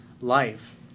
life